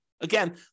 Again